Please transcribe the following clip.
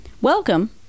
Welcome